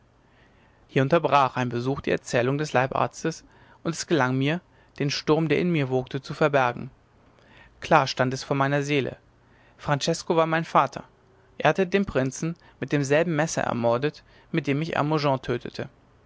hier unterbrach ein besuch die erzählung des leibarztes und es gelang mir den sturm der in mir wogte zu verbergen klar stand es vor meiner seele francesko war mein vater er hatte den prinzen mit demselben messer ermordet mit dem ich hermogen tötete